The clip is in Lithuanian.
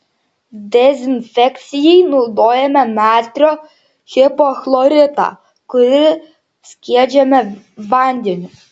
dezinfekcijai naudojame natrio hipochloritą kurį skiedžiame vandeniu